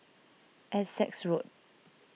Essex Road